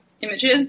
images